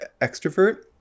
extrovert